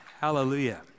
Hallelujah